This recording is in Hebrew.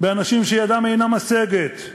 אנשים שידם אינה משגת,